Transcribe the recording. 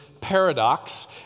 paradox